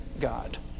God